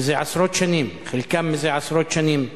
זה עשרות שנים, חלקן זה עשרות שנים,